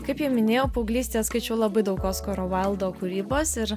kaip jau minėjau paauglystėje skaičiau labai daug oskaro vaildo kūrybos ir